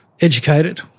educated